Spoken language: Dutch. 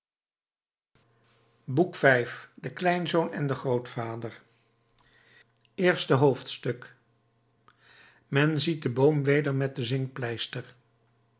boek v de kleinzoon en de grootvader eerste hoofdstuk men ziet den boom weder met den zinkpleister